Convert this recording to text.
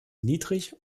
niedrig